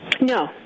No